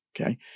Okay